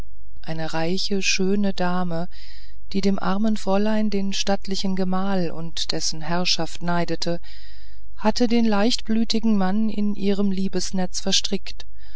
eine reiche schöne dame die dem armen fräulein den stattlichen gemahl und dessen herrschaft neidete hatte den leichtblütigen mann in ihrem liebesnetz verstrickt